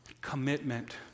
Commitment